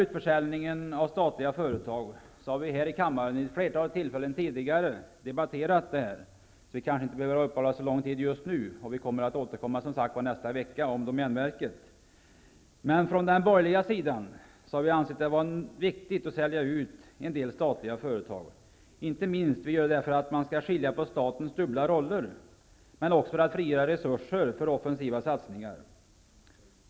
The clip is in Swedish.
Utförsäljningen av statliga företag har vi tidigare debatterat här i kammaren vid ett flertal tillfällen, så vi behöver kanske inte uppehålla oss vid det så länge nu. Vi återkommer, som sagt var, i nästa vecka om domänverket. Från den borgerliga sidan har vi ansett att det är viktigt att sälja ut en del statliga företag, inte minst för att man skall skilja på statens dubbla roller, men också för att frigöra resurser för offensiva satsningar.